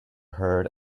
heard